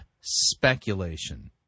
speculation